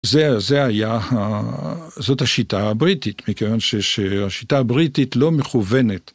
זה, זה היה ה, זאת השיטה הבריטית מכיוון ש, שהשיטה הבריטית לא מכוונת.